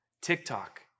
TikTok